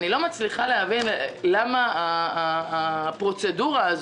אני לא מצליחה להבין למה הפרוצדורה היא